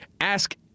ask